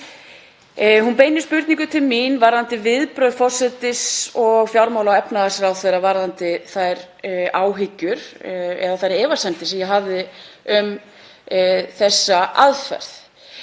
beinir spurningu til mín varðandi viðbrögð forsætisráðherra og fjármála- og efnahagsráðherra varðandi þær áhyggjur eða þær efasemdir sem ég hafði um þessa aðferð.